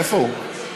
איפה הוא?